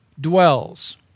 dwells